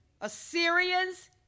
Assyrians